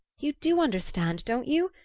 you do understand, don't you?